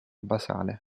basale